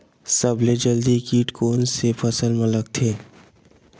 सबले जल्दी कीट कोन से फसल मा लगथे?